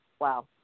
Wow